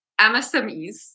MSMEs